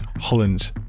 Holland